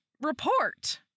report